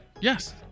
Yes